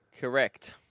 Correct